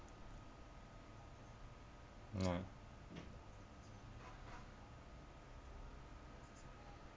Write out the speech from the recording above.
all right